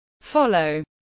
follow